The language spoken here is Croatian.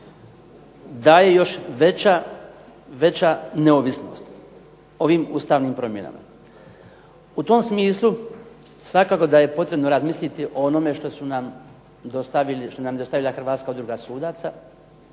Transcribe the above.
daje još veća neovisnost ovim ustavnim promjenama. U tom smislu svakako da je potrebno razmisliti o onome što su nam dostavili, što nam je dostavila Hrvatska udruga sudaca,